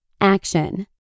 Action